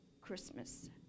Christmas